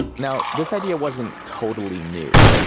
now, this idea wasn't totally new.